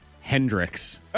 Hendrix